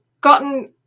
gotten